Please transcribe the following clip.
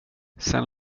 sen